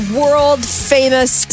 world-famous